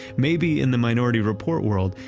maybe in the minority report world,